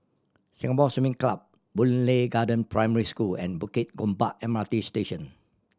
Singapore Swimming Club Boon Lay Garden Primary School and Bukit Gombak M R T Station